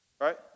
Right